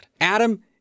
Adam